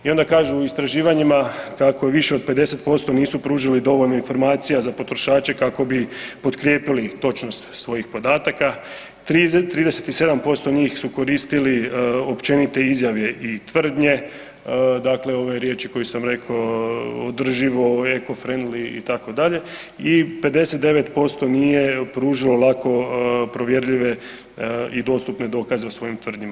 I onda kažu u istraživanjima kako više od 50% nisu pružili dovoljno informacija za potrošače, kako bi potkrijepili točnost svojih podataka, 37% njih su koristili općenite izjave i tvrdnje, dakle ove riječi koje sam rekao održivo, eko friendly itd. i 59% nije pružilo lako provjerljive i dostupne dokaze o svojim tvrdnjama.